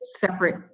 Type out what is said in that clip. separate